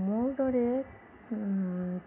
মোৰ দৰে